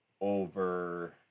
over